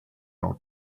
old